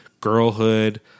Girlhood